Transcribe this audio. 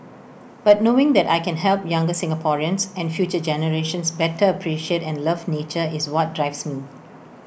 but knowing that I can help younger Singaporeans and future generations better appreciate and love nature is what drives me